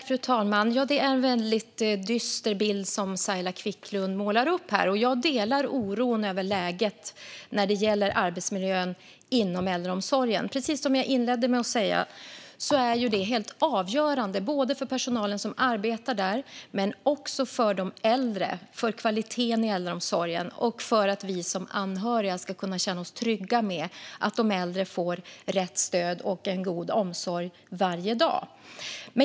Fru talman! Det är en väldigt dyster bild som Saila Quicklund målar upp här. Jag delar oron över läget när det gäller arbetsmiljön inom äldreomsorgen. Precis som jag inledde med att säga är det helt avgörande både för personalen som arbetar där och också för de äldre, för kvaliteten i äldreomsorgen och för att vi som anhöriga ska kunna känna oss trygga med att de äldre får rätt stöd och en god omsorg varje dag.